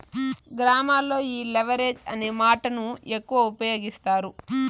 గ్రామాల్లో ఈ లెవరేజ్ అనే మాటను ఎక్కువ ఉపయోగిస్తారు